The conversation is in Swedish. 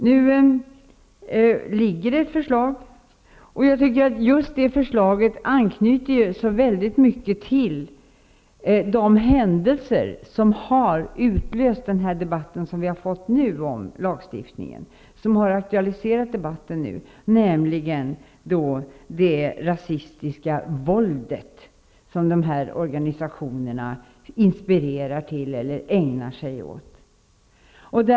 Nu finns det ett förslag. Det förslaget anknyter mycket till de händelser som har utlöst den debatt vi har fått nu om lagstiftning, nämligen våldet som dessa organisationer inspirerar till eller ägnar sig åt.